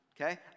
okay